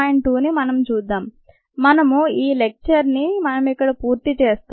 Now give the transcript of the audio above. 2 ని మనం చూద్దాం మరియు ఈ లెక్చర్ ని మనం ఇక్కడ పూర్తి చేస్తాం